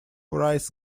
rice